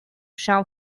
june